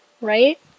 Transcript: right